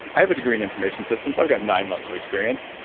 i have a degree in information systems, i've got nine months of experience,